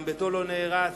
גם ביתו לא נהרס,